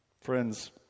Friends